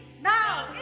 now